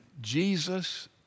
Jesus